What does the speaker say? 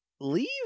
leave